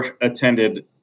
attended